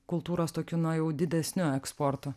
kultūros tokiu na jau didesniu eksportu